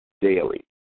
daily